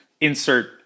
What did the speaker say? insert